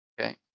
Okay